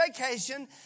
vacation